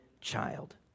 child